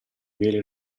vele